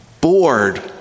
Bored